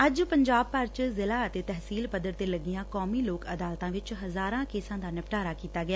ਅੱਜ ਪੰਜਾਬ ਭਰ ਚ ਜ਼ਿਲ੍ਹਾ ਅਤੇ ਤਹਿਸੀਲ ਪੱਧਰ ਤੇ ਲੱਗੀਆਂ ਕੌਮੀ ਲੋਕ ਅਦਾਲਤਾਂ ਵਿਚ ਹਜ਼ਾਰਾਂ ਕੇਸਾਂ ਦਾ ਨਿਪਟਾਰਾ ਕੀਤਾ ਗਿਆ